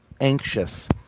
anxious